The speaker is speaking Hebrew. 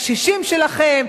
לקשישים שלכם,